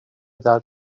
that